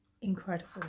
incredible